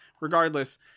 regardless